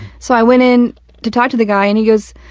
so i went in to talk to the guy, and he goes,